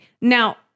Now